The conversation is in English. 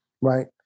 right